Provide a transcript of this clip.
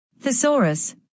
Thesaurus